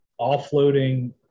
offloading